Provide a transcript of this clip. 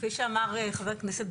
כפי שאמרה חברה הכנסת,